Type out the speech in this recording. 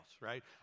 right